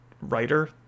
writer